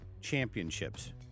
championships